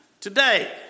today